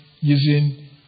using